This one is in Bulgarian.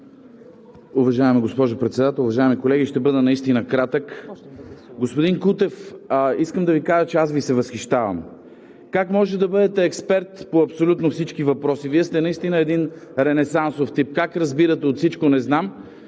Уважаема госпожо Председател, уважаеми колеги! Ще бъда наистина кратък. Господин Кутев, искам да кажа, че Ви се възхищавам. Как може да бъдете експерт по абсолютно всички въпроси? Вие сте наистина един ренесансов тип. Как разбирате от всичко, не знам?!